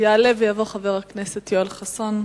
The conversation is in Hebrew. יעלה ויבוא חבר הכנסת יואל חסון,